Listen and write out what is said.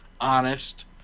honest